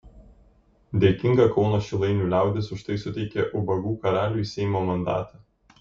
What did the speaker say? dėkinga kauno šilainių liaudis už tai suteikė ubagų karaliui seimo mandatą